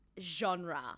genre